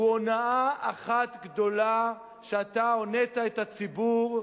הוא הונאה אחת גדולה שאתה הונית את הציבור.